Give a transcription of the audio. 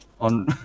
on